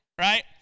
Right